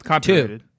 two